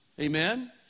amen